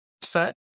set